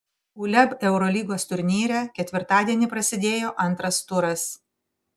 uleb eurolygos turnyre ketvirtadienį prasidėjo antras turas